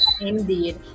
Indeed